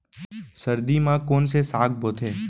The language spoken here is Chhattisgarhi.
सर्दी मा कोन से साग बोथे?